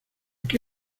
qué